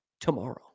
tomorrow